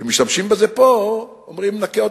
כשמשתמשים בזה פה, אומרים: נכה.